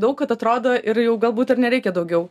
daug kad atrodo ir jau galbūt ir nereikia daugiau